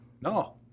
No